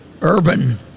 Urban